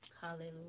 hallelujah